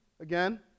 again